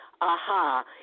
aha